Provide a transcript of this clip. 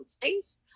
place